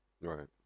Right